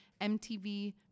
MTV